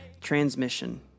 Transmission